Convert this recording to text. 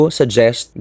suggest